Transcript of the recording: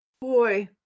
boy